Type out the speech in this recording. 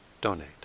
donate